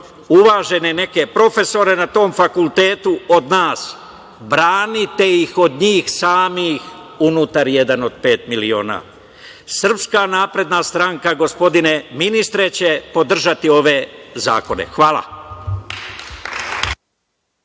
uvažene neke profesore na tom fakultetu od nas, branite ih od njih samih unutar „Jedan od pet miliona“. Srpska napredna stranka, gospodine ministre će podržati ove zakone. Hvala.